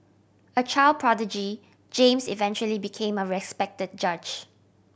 a child prodigy James eventually became a respect judge